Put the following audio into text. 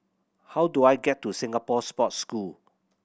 how do I get to Singapore Sports School